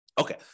Okay